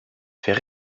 fait